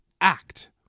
Act